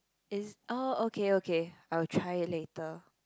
is oh okay okay I'll try it later